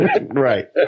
Right